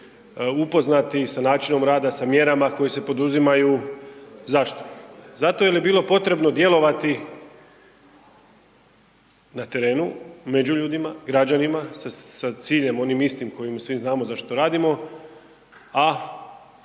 upoznati sa načinom rada, sa mjerama koje se poduzimaju. Zašto? Zato jer je bilo potrebno djelovati na terenu, među ljudima, građanima sa ciljem onim istim kojim svi znamo zašto to radimo, a